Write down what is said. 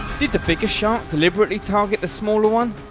did the bigger shark deliberately target the smaller one?